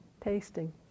tasting